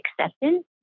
acceptance